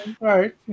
right